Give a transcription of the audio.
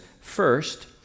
first